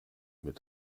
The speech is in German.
mit